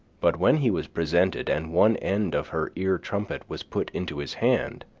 but when he was presented, and one end of her ear trumpet was put into his hand,